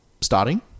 starting